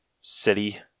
city